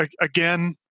Again